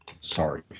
sorry